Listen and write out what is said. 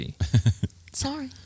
Sorry